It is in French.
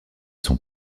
son